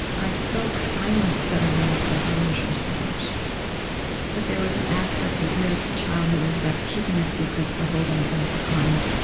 i spoke silence better than i spoke english or spanish that there was an aspect of your childhood that was about the keeping of secrets, the holding of one's tongue,